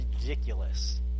ridiculous